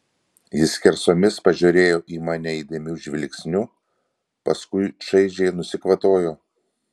ji skersomis pažiūrėjo į mane įdėmiu žvilgsniu paskiau šaižiai nusikvatojo